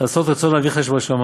אבל תלמידיו של בלעם הרשע יורשין